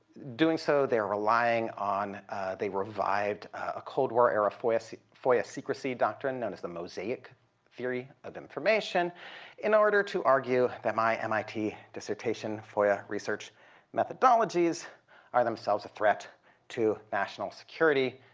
doing so, they are relying on they revived a cold war-era foia so foia secrecy doctrine known as the mosaic theory of information in order to argue that my mit dissertation foia research methodologies are themselves a threat to national security,